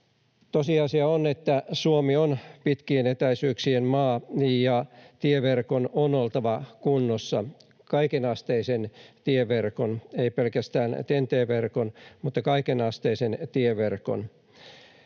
Tosiasia on, että Suomi on pitkien etäisyyksien maa ja tieverkon on oltava kunnossa, kaiken asteisen tieverkon — ei pelkästään TEN-T-verkon vaan kaikenasteisen tieverkon.